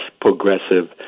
progressive